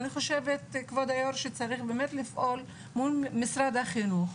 אני חושבת כבוד היו"ר שצריך לפעול מול משרד החינוך.